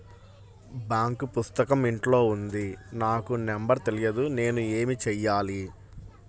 Bank పుస్తకం ఇంట్లో ఉంది నాకు నంబర్ తెలియదు నేను ఏమి చెయ్యాలి?